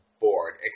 board